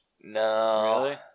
No